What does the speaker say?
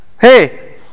Hey